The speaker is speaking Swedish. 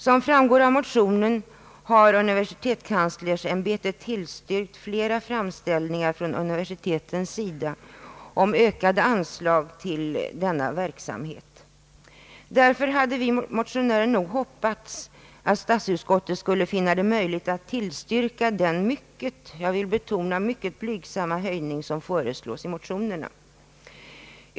Som framgår av motionerna har universitetskanslersämbetet tillstyrkt flera framställningar från universitetens sida om ökade anslag till denna verksamhet. Därför hade vi motionärer hoppats att statsutskottet skulle finna det möjligt att tillstyrka den mycket — jag vill betona detta ord — blygsamma höjning som föreslås i motionerna.